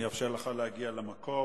אני אאפשר לך להגיע למקום,